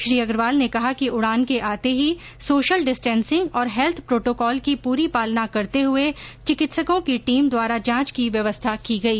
श्री अग्रवाल ने कहा कि उड़ान के आते ही सोशल डिस्टेंसिंग और हेल्थ प्रोटोकॉल की पूरी पालना करते हुए चिकित्सकों की टीम द्वारा जांच की व्यवस्था की गई